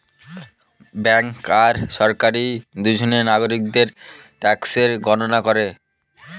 bank আর সরকারি দুজনে নাগরিকদের ট্যাক্সের গণনা করে